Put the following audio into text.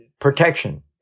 protection